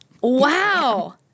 Wow